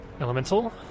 elemental